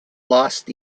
lost